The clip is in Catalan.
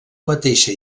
mateixa